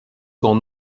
son